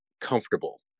comfortable